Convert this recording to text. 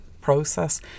process